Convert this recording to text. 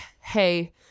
hey